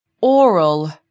oral